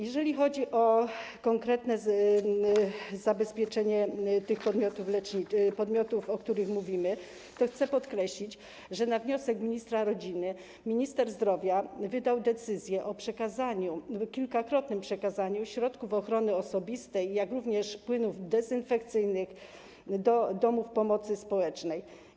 Jeżeli chodzi o konkretne zabezpieczenie tych podmiotów, o których mówimy, chcę podkreślić, że na wniosek ministra rodziny minister zdrowia wydał decyzję o kilkakrotnym przekazaniu środków ochrony osobistej, jak również płynów dezynfekcyjnych do domów pomocy społecznej.